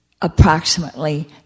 approximately